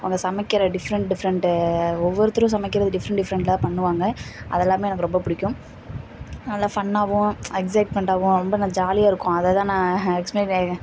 அவங்க சமைக்கிற different different ஒவ்வொருத்தரும் சமைக்கிறது டிஃப்ரெண்ட் டிஃப்ரெண்ட்டாக பண்ணுவாங்க அதெல்லாமே எனக்கு ரொம்ப பிடிக்கும் நல்ல ஃபன்னாகவும் எக்ஸைட்மெண்ட்டாகவும் ரொம்ப ரொம்ப ஜாலியாக இருக்கும் அதை தான் நான்